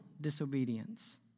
disobedience